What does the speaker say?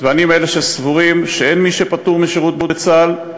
ואני מאלה שסבורים שאין מי שפטור משירות בצה"ל,